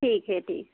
ठीक है ठीक